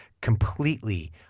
completely